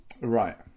Right